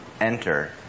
enter